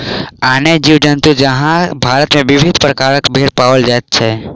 आने जीव जन्तु जकाँ भारत मे विविध प्रकारक भेंड़ पाओल जाइत छै